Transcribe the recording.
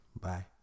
Bye